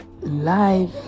life